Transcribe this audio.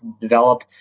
develop